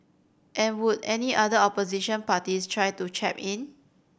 and would any other opposition parties try to chap in